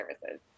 services